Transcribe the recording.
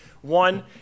one